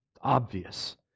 obvious